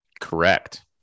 Correct